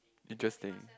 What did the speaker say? interesting